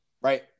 right